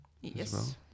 Yes